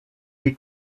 les